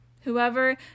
Whoever